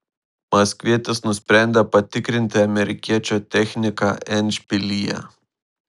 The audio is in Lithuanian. maskvietis nusprendė patikrinti amerikiečio techniką endšpilyje